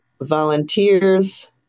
volunteers